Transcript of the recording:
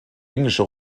englische